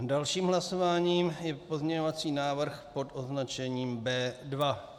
Dalším hlasováním je pozměňovací návrh pod označením B2.